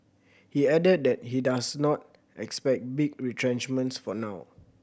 he added that he does not expect big retrenchments for now